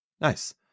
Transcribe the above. nice